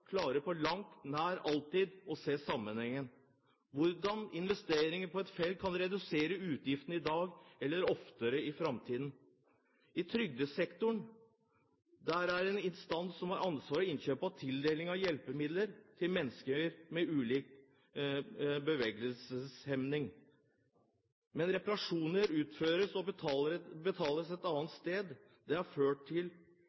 klarer på langt nær alltid å se sammenhengen – hvordan investeringer på et felt kan redusere utgiftene i dag eller oftere i framtiden. I trygdesektoren er det en instans som har ansvaret for innkjøp og tildeling av hjelpemidler til mennesker med ulike bevegelseshemninger, men reparasjoner utføres og betales et annet sted. Dette har ført til